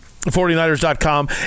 49ers.com